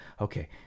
Okay